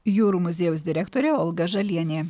jūrų muziejaus direktorė olga žalienė